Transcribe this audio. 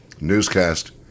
newscast